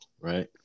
Right